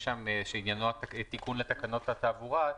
שעניינו תיקון לתקנות התעבורה,